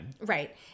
Right